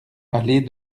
allée